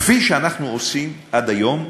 כפי שאנחנו עושים עד היום.